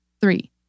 Three